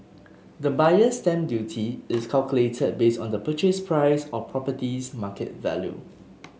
the Buyer's Stamp Duty is calculated based on the purchase price or property's market value